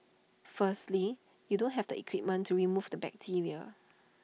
firstly you don't have the equipment to remove the bacteria